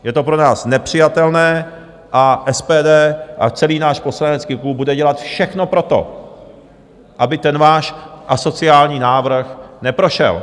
Je to pro nás nepřijatelné a SPD a celý náš poslanecký klub budeme dělat všechno pro to, aby ten váš asociální návrh neprošel.